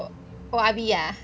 oh abi ah